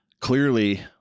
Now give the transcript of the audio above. Clearly